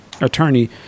attorney